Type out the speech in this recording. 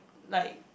like